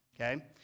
okay